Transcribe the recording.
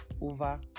over